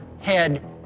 head